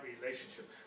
relationship